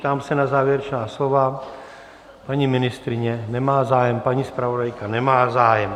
Ptám se na závěrečná slova: paní ministryně nemá zájem, paní zpravodajka nemá zájem.